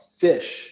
fish